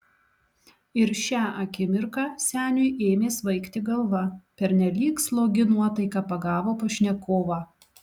ir šią akimirką seniui ėmė svaigti galva pernelyg slogi nuotaika pagavo pašnekovą